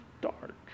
dark